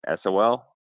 sol